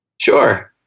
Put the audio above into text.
Sure